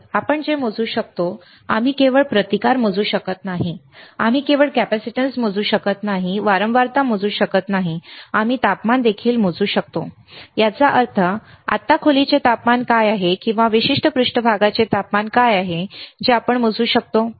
तर आपण जे मोजू शकतो आम्ही केवळ प्रतिकार मोजू शकत नाही आम्ही केवळ कॅपेसिटन्स मोजू शकत नाही आम्ही केवळ वारंवारता मोजू शकत नाही आम्ही तापमान देखील मोजू शकतो याचा अर्थ आत्ता खोलीचे तापमान काय आहे किंवा विशिष्ट पृष्ठभागाचे तापमान काय आहे जे आपण मोजू शकतो